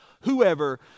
whoever